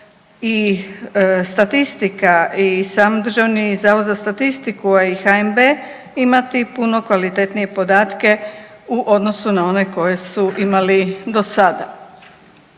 i statistika i sam DZS, a i HNB imati puno kvalitetnije podatke u odnosu na one koje su imali do sada.